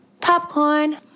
popcorn